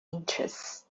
interests